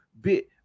bit